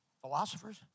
philosophers